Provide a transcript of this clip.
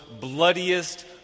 bloodiest